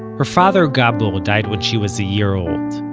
her father, gabur, um died when she was a year old.